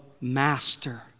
master